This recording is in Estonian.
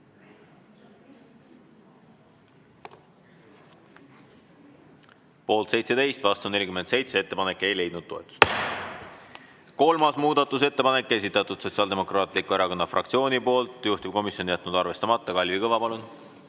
Poolt 17, vastu 47, ettepanek ei leidnud toetust. Kolmas muudatusettepanek, esitanud Sotsiaaldemokraatliku Erakonna fraktsioon, juhtivkomisjon on jätnud arvestamata. Kalvi Kõva, palun!